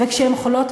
וכשהן חולות,